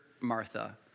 Martha